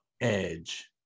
edge